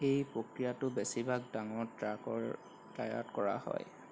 এই প্ৰক্ৰিয়াটো বেছিভাগ ডাঙৰ ট্ৰাকৰ টায়াৰত কৰা হয়